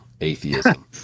atheism